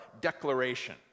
declaration